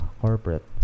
corporate